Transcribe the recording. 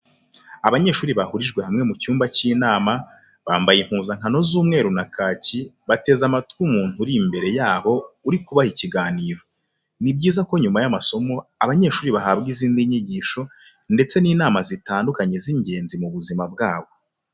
Abanyeshuri benshi bahurijwe hamwe mu cyumba cy'inama bambaye impuzankano z'umweru na kaki, bateze amatwi umuntu uri imbere yabo urimo kubaha ikiganiro. Ni byiza ko nyuma y'amasomo abanyeshuri bahabwa izindi nyigisho ndetse n'inama zitandukanye z'ingenzi mu buzima bwabo.